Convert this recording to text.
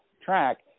track